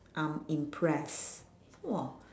I'm impressed !wah!